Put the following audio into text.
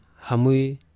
Hamui